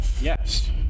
Yes